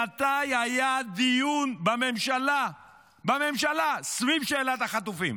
מתי היה דיון בממשלה סביב שאלת החטופים?